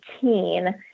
2018